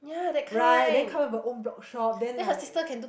right then come up with a own blog shop then like